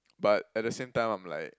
but at the same time I'm like